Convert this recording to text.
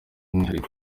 mwihariko